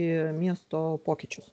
į miesto pokyčius